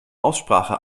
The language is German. aussprache